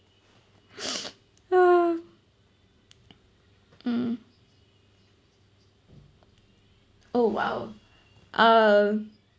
uh mm oh !wow! uh